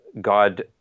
God